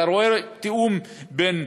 אתה רואה תיאום בין